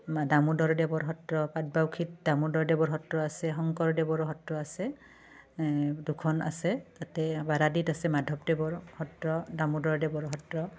আমা দামোদৰদেৱৰ সত্ৰ পাটবাউসীত দামোদৰদেৱৰ সত্ৰ আছে শংকৰদেৱৰ সত্ৰ আছে দুখন আছে তাতে বাৰাদিত আছে মাধৱদেৱৰ সত্ৰ দামোদৰদেৱৰ সত্ৰ